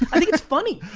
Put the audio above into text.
i think it's funny.